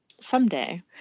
someday